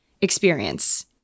experience